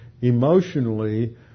emotionally